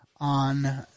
on